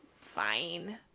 fine